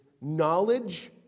knowledge